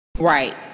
Right